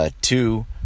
Two